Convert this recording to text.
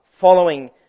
following